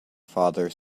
father